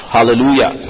Hallelujah